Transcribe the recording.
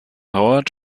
howard